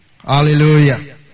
Hallelujah